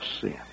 sin